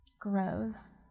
grows